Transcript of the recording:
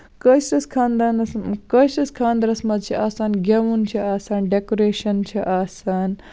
کٲشرِس خاندانَس کٲشِر خاندرس منٛز چھِ آسان گیوُن چھُ آسان ڈیکوریشَن چھُ آسان